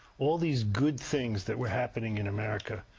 all these good things that were happening in america